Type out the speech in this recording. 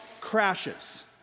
crashes